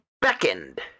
beckoned